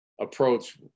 approach